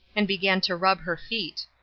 and began to rub her feet.